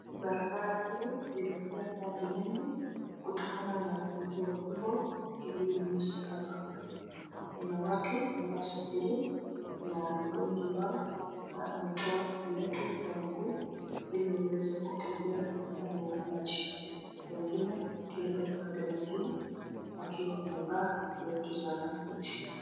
Barabara hili limejaa maji mengi kutokana na mvua kubwa ilionyesha hapa, kuna watu wanosafiri wengi wao wametoa viatu kwa miguu ili waweze kutembea ndani ya maji wengine wakienda upande mwingine wakiwa wamevaa viatu vya gumbooti .